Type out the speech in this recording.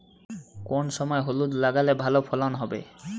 কোন সময় হলুদ লাগালে ভালো ফলন হবে?